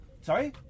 Sorry